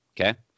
okay